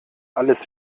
alles